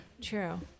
true